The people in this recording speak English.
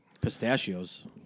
Pistachios